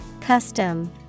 Custom